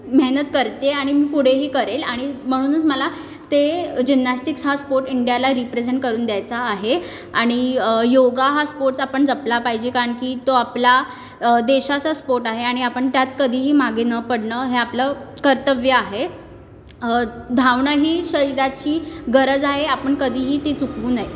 मेहनत करते आहे आणि मी पुढेही करेल आणि म्हणूनच मला ते जिम्नॅस्टिक्स हा स्पोर्ट्स इंडियाला रिप्रेझेंट करून द्यायचा आहे आणि योगा हा स्पोर्ट्स आपण जपला पाहिजे कारण की तो आपला देशाचा स्पोर्ट आहे आणि आपण त्यात कधीही मागे न पडणं हे आपलं कर्तव्य आहे धावणं ही शरीराची गरज आहे आपण कधीही ती चुकवू नये